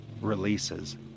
releases